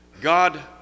God